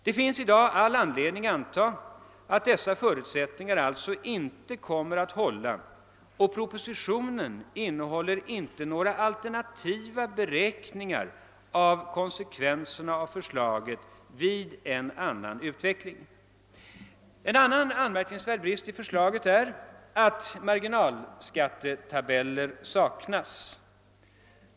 Det finns alltså i dag all anledning anta att de givna förutsättningarna inte kommer att hålla, och propositionen innehåller inte några alternativa beräkningar av förslagets konsekvenser vid en annan utveckling. En annan anmärkningsvärd brist i förslaget är att marginalskattetabeller saknas.